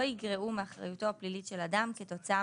לא יגרעו מאחריותו הפלילית של אדם כתוצאה